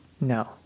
No